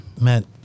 man